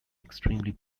extremely